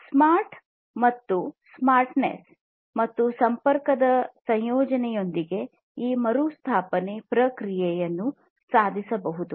smart ಮತ್ತು smartness ಮತ್ತು ಸಂಪರ್ಕದ ಸಂಯೋಜನೆಯೊಂದಿಗೆ ಈ ಮರುಸ್ಥಾಪನೆ ಪ್ರಕ್ರಿಯೆಯನ್ನು ಸುಧಾರಿಸಬಹುದು